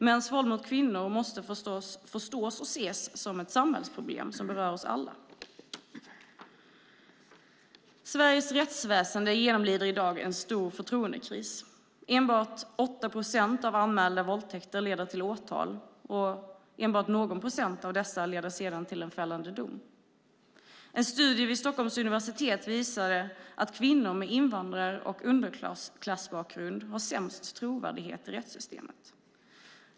Mäns våld mot kvinnor måste förstås och ses som ett samhällsproblem som berör oss alla. Sveriges rättsväsen genomlider i dag en stor förtroendekris. Enbart 8 procent av anmälda våldtäkter leder till åtal och enbart någon procent av dessa leder sedan till en fällande dom. En studie vid Stockholms universitet visade att kvinnor med invandrar och underklassbakgrund har sämst trovärdighet i rättssystemet.